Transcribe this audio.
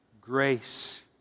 grace